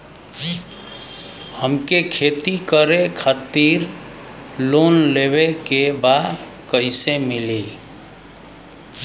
हमके खेती करे खातिर लोन लेवे के बा कइसे मिली?